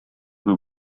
who